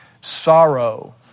sorrow